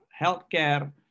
healthcare